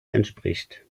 entspricht